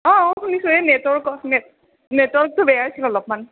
অ' অ' শুনিছোঁ এই নেটৱৰ্কৰ নেট নেটৱৰ্কটো বেয়া হৈছে অলপমান